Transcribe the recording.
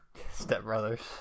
Stepbrothers